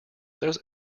those